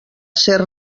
ser